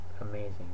amazing